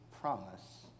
promise